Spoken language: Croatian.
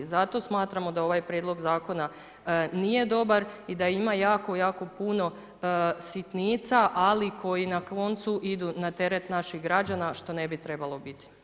Zato smatramo da ovaj prijedlog zakona nije dobar i da ima jako, jako puno sitnica ali koji na koncu idu na teret naših građana što ne bi trebalo biti.